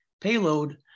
payload